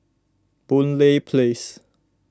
Boon Lay Place